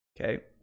okay